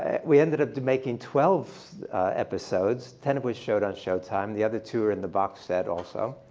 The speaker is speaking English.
and we ended up making twelve episodes, ten of which showed on showtime. the other two are in the box set also.